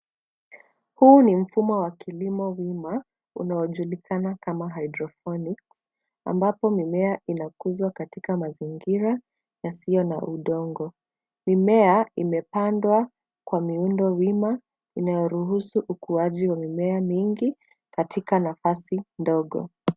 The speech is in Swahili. Huu ni mfumo wa kilimo wima unaojulikana kama hydroponic ambapo mimea inakuzwa katika mazingira yasiyo na udongo. Mimea imepandwa kwa miundo wima inayoruhusu ukuaji wa mimea mingi katika nafasi ndogo.